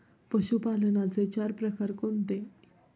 पशुपालनाचे चार प्रकार कोणते?